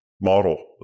model